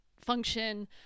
function